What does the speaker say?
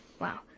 Wow